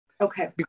Okay